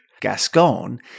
Gascon